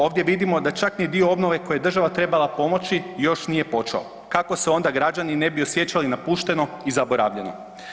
Ovdje vidimo da čak ni dio obnove koje je država trebala pomoći još nije počeo, kako se onda građani ne bi osjećali napušteno i zaboravljeno.